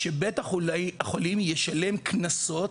שבית החולים ישלם קנסות